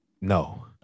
No